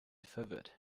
verwirrt